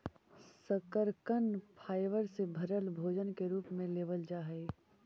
शकरकन फाइबर से भरल भोजन के रूप में लेबल जा हई